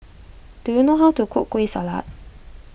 do you know how to cook Kueh Salat